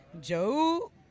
Joe